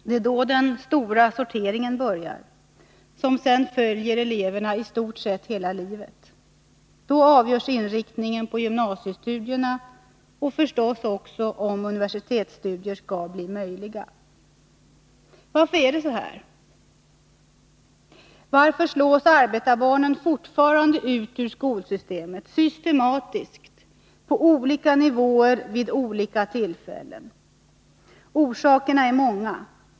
Då börjar den stora sorteringen, som sedan följer eleverna i stort sett hela livet. Då avgörs inriktningen på gymnasiestudierna och förstås också om universitetsstudier skall bli möjliga. Varför är det så här? Varför slås arbetarbarnen fortfarande ut ur skolsystemet, systematiskt på olika nivåer, vid olika tillfällen? Orsakerna är många.